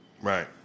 right